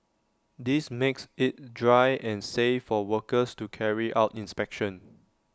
this makes IT dry and safe for workers to carry out inspections